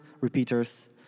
repeaters